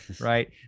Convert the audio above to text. right